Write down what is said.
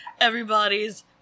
Everybody's